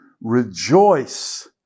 rejoice